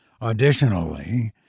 Additionally